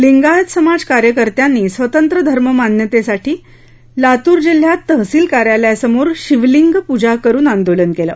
लिंगायत समाज कार्यकर्त्यांनी स्वतंत्र धर्म मान्यतेसाठी लातूर जिल्ह्यात तहसिल कार्यालयासमोर शिवलिंग पूजा करून आंदोलन केलं